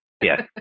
yes